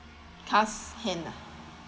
casts hand ah